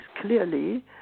clearly